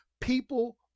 people